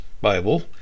bible